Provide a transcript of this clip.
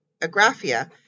agraphia